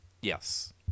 Yes